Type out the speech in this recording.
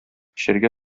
эчәргә